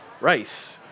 rice